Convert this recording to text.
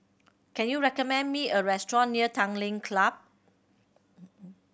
can you recommend me a restaurant near Tanglin Club